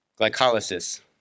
glycolysis